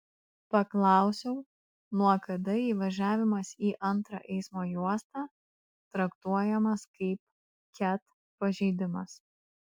paklausiau nuo kada įvažiavimas į antrą eismo juostą traktuojamas kaip ket pažeidimas